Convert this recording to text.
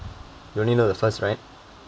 you only know the first right